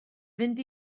fynd